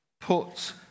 put